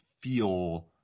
feel